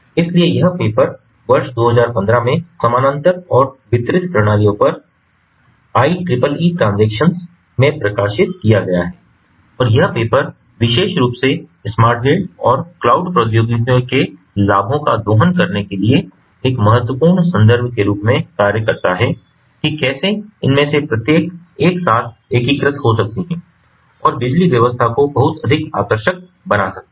इसलिए यह पेपर वर्ष 2015 में समानांतर और वितरित प्रणालियों पर IEEE ट्रांसक्शन्स में प्रकाशित किया गया है और यह पेपर विशेष रूप से स्मार्ट ग्रिड और क्लाउड प्रौद्योगिकियां के लाभों का दोहन करने के लिए लिए एक महत्वपूर्ण संदर्भ के रूप में कार्य करता है कि कैसे इनमें से प्रत्येक एक साथ एकीकृत हो सकती हैं और बिजली व्यवस्था को बहुत अधिक आकर्षक बना सकती है